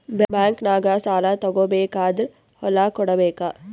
ಬ್ಯಾಂಕ್ನಾಗ ಸಾಲ ತಗೋ ಬೇಕಾದ್ರ್ ಹೊಲ ಕೊಡಬೇಕಾ?